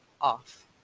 off